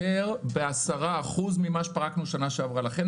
יותר ב-10% ממה שפרקנו בשנה שעברה, וזה,